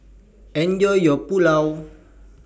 Enjoy your Pulao